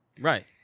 Right